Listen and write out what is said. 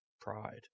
Pride